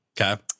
Okay